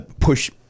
push